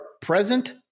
present